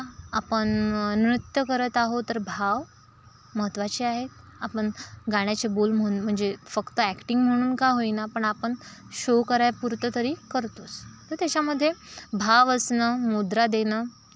का आपण नृत्य करत आहो तर भाव महत्त्वाचे आहे आपण गाण्याचे बोल म्हणजे फक्त अॅक्टिंग म्हणून का होईना पण आपण शो करायापुरतं तरी करतोच तर त्याच्यामध्ये भाव असणं मुद्रा देणं